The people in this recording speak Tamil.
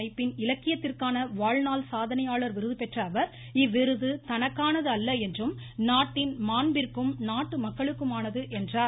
அமைப்பின் இலக்கியத்திற்கான வாழ் நாள் சாதனையாளர் விருது பெற்ற அவர் இவ்விருது தனக்கானது அல்ல என்றும் நாட்டின் மாண்பிற்கும் நாட்டு மக்களுக்குமானது என்றார்